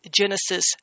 Genesis